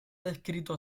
descrito